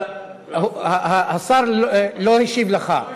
השר לא השיב לך.